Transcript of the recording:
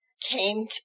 came